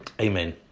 amen